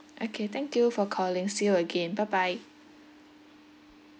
okay thank you for calling see you again bye bye